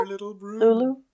Lulu